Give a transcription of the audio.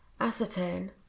acetone